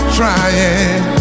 trying